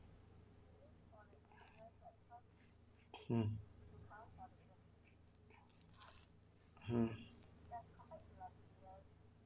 um mm